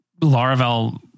Laravel